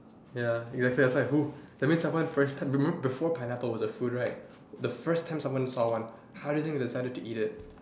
ya that's why that's why who that means someone first time remember before pineapple was a food right the first time someone saw one how did they decide to eat it